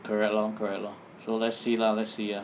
correct lor correct lor so let's see lah let's see ya